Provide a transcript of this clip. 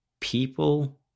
People